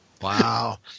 Wow